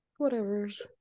Whatevers